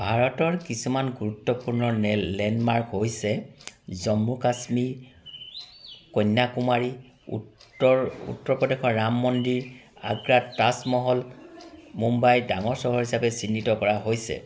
ভাৰতৰ কিছুমান গুৰুত্বপূৰ্ণ নে লেণ্ডমাৰ্ক হৈছে জম্মু কাশ্মীৰ কন্যাকুমাৰী উত্তৰ উত্তৰ প্ৰদেশৰ ৰাম মন্দিৰ আগ্ৰাত তাজমহল মুম্বাই ডাঙৰ চহৰ চিহাপে চিহ্নিত কৰা হৈছে